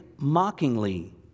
mockingly